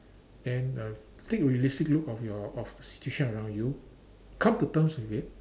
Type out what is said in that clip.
then uh take a realistic look of your of the situation around you come to terms with it